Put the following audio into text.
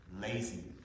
Lazy